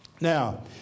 Now